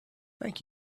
thank